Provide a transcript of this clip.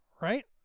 Right